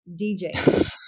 DJ